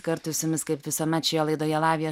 kartu su jumis kaip visuomet šioje laidoje lavija